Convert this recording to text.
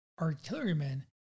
artillerymen